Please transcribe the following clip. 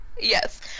Yes